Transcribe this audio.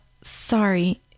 sorry